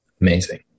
amazing